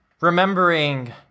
Remembering